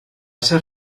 ser